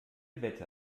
wette